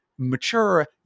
mature